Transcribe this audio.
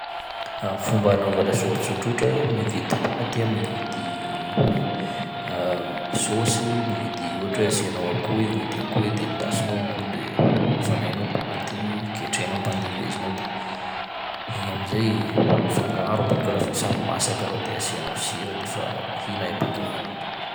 Fomba hanaova lasopy tsotrotra: mividy paty, mividy saosy, mividy- ohatry hoe asianao akoho i mividy akoho i de endasinao akoho de afanainao paty igny ketrehanao ampandevezinao, de igny am'zay afangaro bakeo lafa samy masaka reo de asianao sira de fa mihina iha bakeo.